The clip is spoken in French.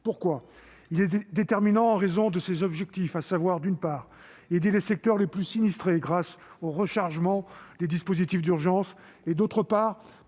économie. Il est déterminant en raison de ses objectifs, à savoir, d'une part, aider les secteurs les plus sinistrés grâce au rechargement des dispositifs d'urgence et, d'autre part,